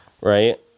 right